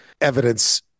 evidence